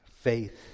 faith